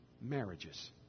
marriages